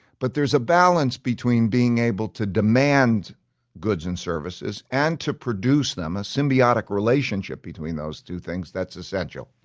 but there's a balance between being able to demand goods and services, and to produce them a symbiotic relationship between those two things that's essential.